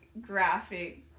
graphic